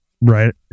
right